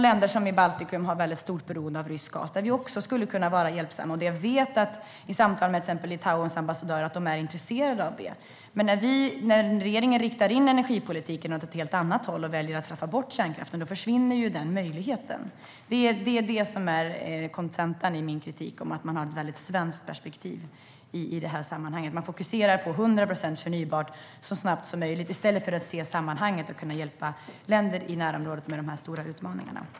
Länder i Baltikum har ett stort beroende av rysk gas, och där skulle vi också kunna vara behjälpliga. Jag vet av samtal med till exempel Litauens ambassadör att de är intresserade av det. När regeringen riktar in energipolitiken åt ett helt annat håll och väljer att straffa bort kärnkraften försvinner den möjligheten. Det är det som är kontentan i min kritik om att man har ett svenskt perspektiv i det här sammanhanget. Man fokuserar på 100 procent förnybart så snabbt som möjligt i stället för att se sammanhanget och hjälpa länder i närområdet med de här stora utmaningarna.